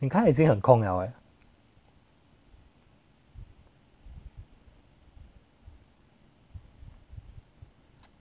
你开已经很空 [liao] leh